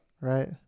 right